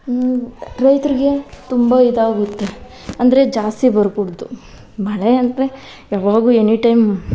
ರೈತರಿಗೆ ತುಂಬ ಇದಾಗುತ್ತೆ ಅಂದರೆ ಜಾಸ್ತಿ ಬರಕೂಡ್ದು ಮಳೆ ಅಂದರೆ ಯಾವಾಗ್ಲೂ ಎನಿ ಟೈಮ್